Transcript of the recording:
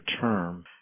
term